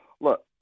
Look